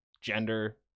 gender